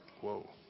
Whoa